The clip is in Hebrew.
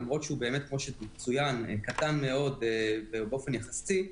למרות שכמו שצוין הוא קטן מאוד באופן יחסי,